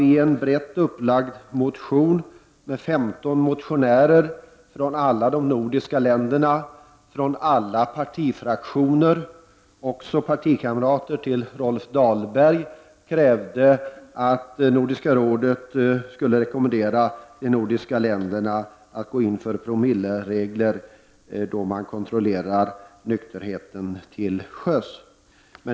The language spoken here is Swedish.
I en brett upplagd motion av 15 motionärer från alla de nordiska länderna och från alla partifraktioner, även partikamrater till Rolf Dahlberg, krävdes det att Nordiska rådet skulle rekommendera de nordiska länderna att införa en promilleregel när det gäller nykterhet till sjöss.